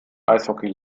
eishockey